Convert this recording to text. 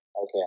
okay